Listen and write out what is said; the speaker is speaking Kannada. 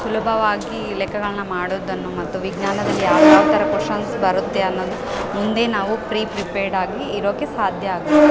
ಸುಲಭವಾಗಿ ಲೆಕ್ಕಗಳ್ನ ಮಾಡೋದನ್ನು ಮತ್ತು ವಿಜ್ಞಾನದಲ್ಲಿ ಯಾವ ಥರ ಕೊಷನ್ಸ್ ಬರುತ್ತೆ ಅನ್ನೋದು ಮುಂದೆ ನಾವು ಪ್ರಿ ಪ್ರಿಪೇಡಾಗಿ ಇರೋಕೆ ಸಾಧ್ಯ ಆಗುತ್ತೆ